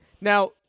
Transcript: Now